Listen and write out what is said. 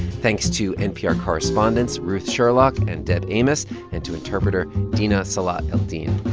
thanks to npr correspondents ruth sherlock and deb amos and to interpreter dina salah eldin.